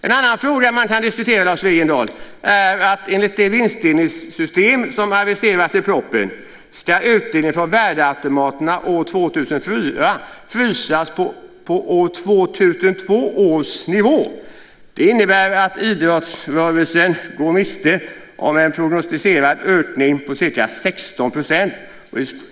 En annan fråga som man kan diskutera, Lars Wegendal, är att enligt det vinstdelningssystem som aviseras i propositionen ska utdelning från värdeautomaterna år 2004 frysas på 2002 års nivå. Det innebär att idrottsrörelsen går miste om en prognostiserad ökning på ca 16 %.